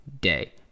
day